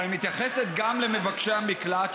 אבל היא מתייחסת גם למבקשי המקלט,